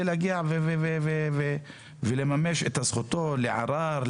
להגיע לכאן ולממש את זכותו לערר.